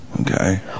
Okay